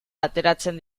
ateratzen